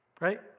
Right